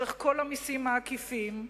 דרך כל המסים העקיפים,